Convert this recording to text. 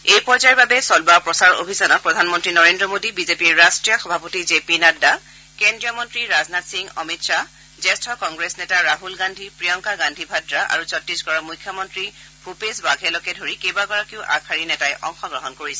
এই পৰ্যায়ৰ বাবে চলোৱা প্ৰচাৰ অভিযানত প্ৰধানমন্ত্ৰী নৰেন্দ্ৰ মোডী বিজেপিৰ ৰট্টীয় সভাপতি জে পি নাড্ডা কেন্দ্ৰীয় মন্ত্ৰী ৰাজনাথ সিং অমিত খাহ জ্যেষ্ঠ কংগ্ৰেছ নেতা ৰাহল গান্ধী প্ৰিয়ংকা গান্ধী ভাদ্ৰা আৰু ছত্তিশগড়ৰ মুখ্যমন্ত্ৰী ভূপেশ ৱাঘেলকে ধৰি কেইবাগৰাকীও আগশাৰীৰ নেতাই অংশগ্ৰহণ কৰিছে